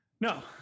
No